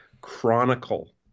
Chronicle